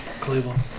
Cleveland